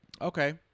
okay